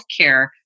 healthcare